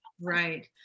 Right